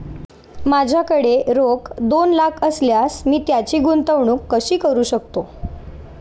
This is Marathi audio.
माझ्याकडे रोख दोन लाख असल्यास मी त्याची गुंतवणूक कशी करू शकतो?